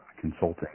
consulting